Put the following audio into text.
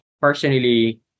personally